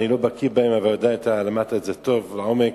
אני לא בקי בהם, אבל אתה למדת את זה טוב, לעומק.